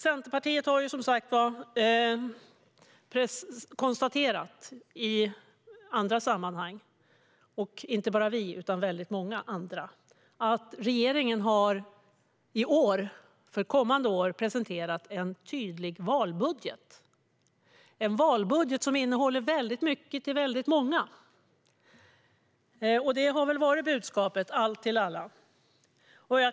Centerpartiet och många andra har konstaterat att regeringen har presenterat en valbudget som innehåller mycket till många. Budskapet är allt till alla.